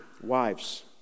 wives